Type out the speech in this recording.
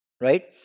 right